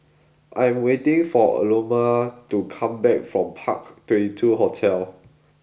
I am waiting for Aloma to come back from Park Twenty Two Hotel